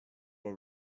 were